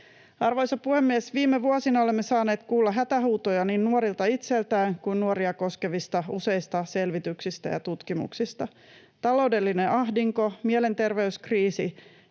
Arvoisa puhemies! Viime vuosina olemme saaneet kuulla hätähuutoja niin nuorilta itseltään kuin useista nuoria koskevista selvityksistä ja tutkimuksista. Taloudellinen ahdinko, mielenterveyskriisi,